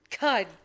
God